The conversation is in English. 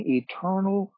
eternal